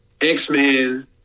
X-Men